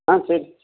ஆ சரி